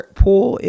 pool